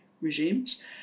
regimes